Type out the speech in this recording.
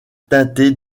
teinté